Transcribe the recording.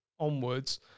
Onwards